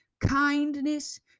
kindness